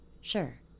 sure